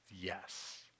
yes